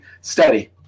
study